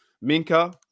Minka